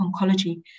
oncology